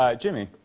ah jimmy,